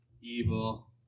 evil